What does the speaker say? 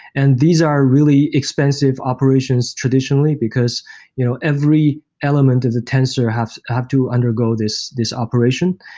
and these are really expensive operations traditionally, because you know every element of the tensor have have to undergo this this operation,